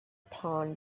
pond